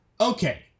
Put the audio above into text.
Okay